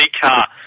car